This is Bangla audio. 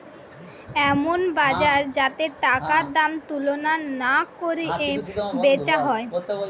এমন বাজার যাতে টাকার দাম তুলনা কোরে বেচা হয়